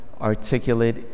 articulate